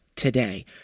Today